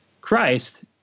Christ